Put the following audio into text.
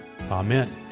Amen